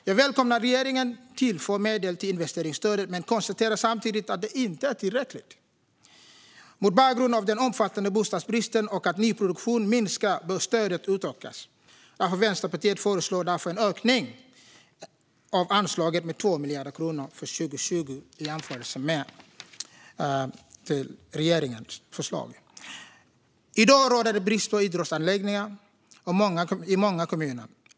Jag välkomnar att regeringen tillför medel till investeringsstödet, men jag konstaterar samtidigt att det inte är tillräckligt. Mot bakgrund av den omfattande bostadsbristen och att nyproduktionen minskar bör stödet utökas. Vänsterpartiet föreslår därför en ökning av anslaget med 2 miljarder kronor för 2020 jämfört med regeringens förslag. I dag råder det brist på idrottsanläggningar i många kommuner.